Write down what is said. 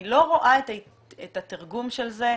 אני לא רואה את התרגום של זה.